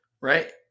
right